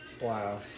Wow